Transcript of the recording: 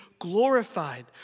glorified